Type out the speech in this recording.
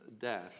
death